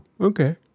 okay